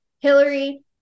Hillary